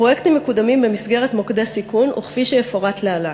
הפרויקטים מקודמים במסגרת מוקדי סיכון וכפי שיפורט להלן: